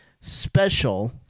special